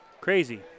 Crazy